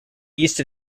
east